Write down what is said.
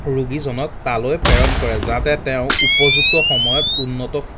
ৰোগীজনক তালৈ প্ৰেৰণ কৰে যাতে তেওঁ উপযুক্ত সময়ত উন্নত